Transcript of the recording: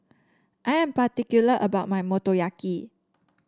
I am particular about my Motoyaki